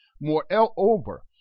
Moreover